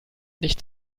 nicht